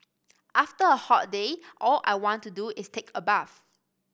after a hot day all I want to do is take a bath